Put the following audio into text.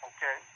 Okay